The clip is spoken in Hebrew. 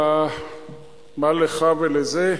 מה לך ולזה?